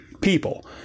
people